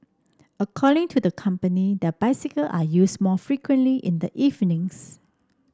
according to the company their bicycle are used more frequently in the evenings